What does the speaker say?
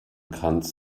kranz